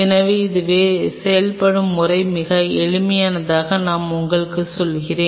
எனவே அது செயல்படும் முறை மிகவும் எளிமையாக நான் உங்களுக்கு சொல்கிறேன்